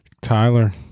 Tyler